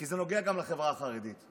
כי זה נוגע גם לחברה החרדית.